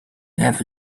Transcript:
have